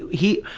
he,